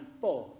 four